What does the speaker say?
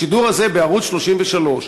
השידור הזה בערוץ 33,